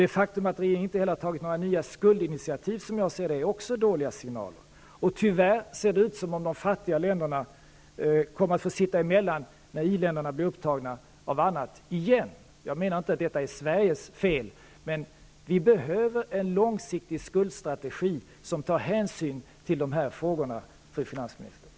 Det faktum att regeringen inte heller har tagit några nya initiativ till skuldlättnader är som jag ser det också en dålig signal. Tyvärr ser det ut som de fattiga länderna återigen kommer att få sitta emellan när i-länderna blir upptagna av annat. Jag menar inte att detta är Sveriges fel, men det behövs en långsiktig skuldstrategi som tar hänsyn till dessa frågor, fru finansminister.